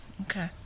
Okay